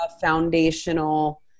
foundational